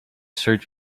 search